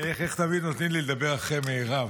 איך תמיד נותנים לי לדבר אחרי מירב.